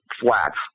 flats